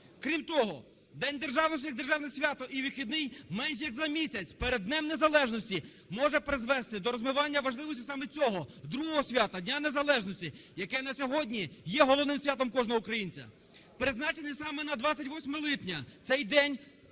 Крім того, День Державності як державне свято і вихідний менше як за місяць перед Днем незалежності може призвести до розвивання важливості саме цього, другого свята – Дня незалежності, яке на сьогодні є головним святом кожного українця. Призначений саме на 28 липня цей день